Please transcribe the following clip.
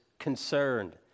concerned